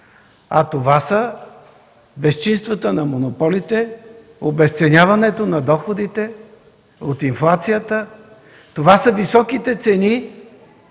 А това са безчинствата на монополите, обезценяването на доходите от инфлацията. Това са високите цени,